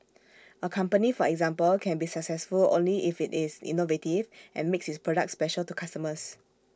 A company for example can be successful only if IT is innovative and makes its products special to customers